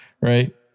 Right